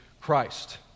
Christ